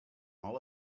all